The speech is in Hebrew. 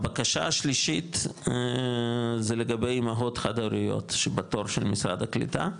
הבקשה השלישית זה לגבי אימהות חד-הוריות שבתור של משרד הקליטה.